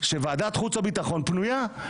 שוועדת חוץ וביטחון פנויה.